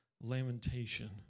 lamentation